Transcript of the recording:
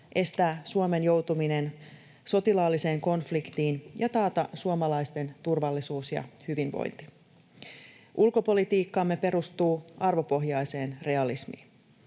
estää Suomen joutuminen sotilaalliseen konfliktiin ja taata suomalaisten turvallisuus ja hyvinvointi. Ulkopolitiikkamme perustuu arvopohjaiseen realismiin.